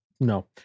No